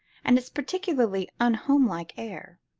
and its particularly unhomelike air.